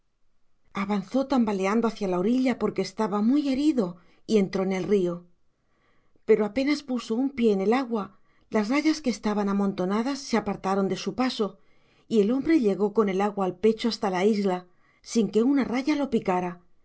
avanzó tambaleando hacia la orilla porque estaba muy herido y entró en el río pero apenas puso un pie en el agua las rayas que estaban amontonadas se apartaron de su paso y el hombre llegó con el agua al pecho hasta la isla sin que una raya lo picara